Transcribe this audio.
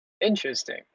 Interesting